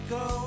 go